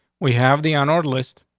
we have the an order list,